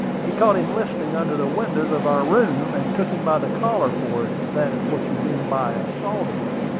he caught him listening under the windows of our room, and took him by the collar for it, if that is what you mean by assaulting him.